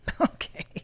Okay